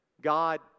God